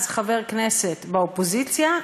אז חבר כנסת באופוזיציה,